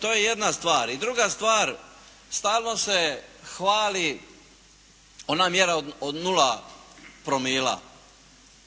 To je jedna stvar. I druga stvar, stalno se hvali ona mjera od 0 promila,